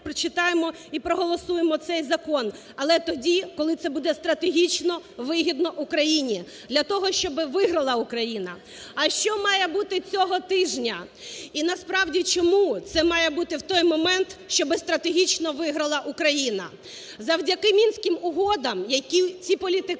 прочитаємо і проголосуємо цей закон, але тоді, коли це буде стратегічно вигідно Україні, для того щоб виграла Україна. А що має бути цього тижня? І насправді, чому це має бути в той момент, щоб стратегічно виграла Україна? Завдяки Мінським угодам, які ці політикани